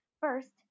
first